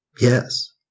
Yes